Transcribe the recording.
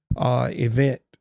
event